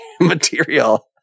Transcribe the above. material